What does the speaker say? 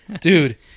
Dude